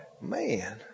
man